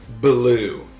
Blue